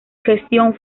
gestión